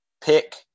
pick